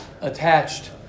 attached